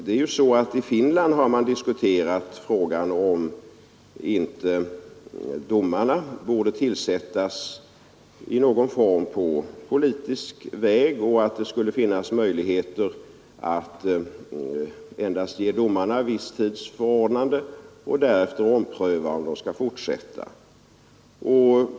Det är ju så att i Finland har man diskuterat frågan om inte domarna borde tillsättas på politisk väg i någon form och att det skulle finnas möjligheter att endast ge domarna viss tids förordnande och därefter ompröva om detta skall förlängas.